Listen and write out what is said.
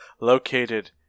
located